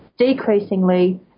decreasingly